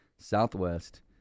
Southwest